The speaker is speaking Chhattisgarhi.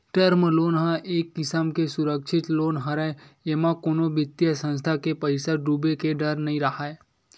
टर्म लोन ह एक किसम के सुरक्छित लोन हरय एमा कोनो बित्तीय संस्था के पइसा डूबे के डर नइ राहय